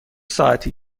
ساعتی